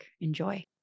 Enjoy